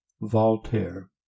Voltaire